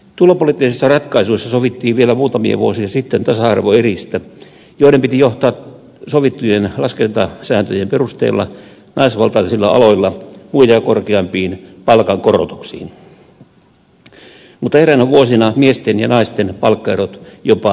tulopoliittisissa ratkaisuissa sovittiin vielä muutamia vuosia sitten tasa arvoeristä joiden piti johtaa sovittujen laskentasääntöjen perusteella naisvaltaisilla aloilla muita korkeampiin palkankorotuksiin mutta eräinä vuosina miesten ja naisten palkkaerot jopa lisääntyivät